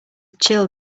chill